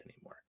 anymore